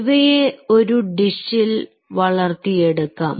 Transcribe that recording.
ഇവയെ ഒരു ഡിഷിൽ വളർത്തിയെടുക്കാം